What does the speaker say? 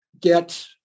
get